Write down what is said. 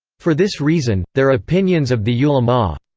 for this reason, their opinions of the ulama.